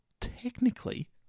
technically